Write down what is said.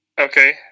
Okay